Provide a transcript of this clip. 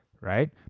right